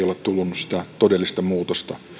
ole tullut sitä todellista muutosta